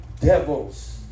devils